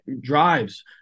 drives